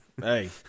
Hey